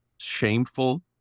shameful